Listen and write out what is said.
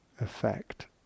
effect